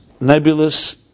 nebulous